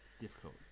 Difficult